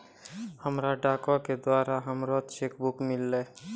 हमरा डाको के द्वारा हमरो चेक बुक मिललै